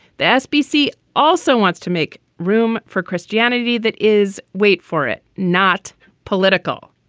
the sbc also wants to make room for christianity. that is, wait for it, not political.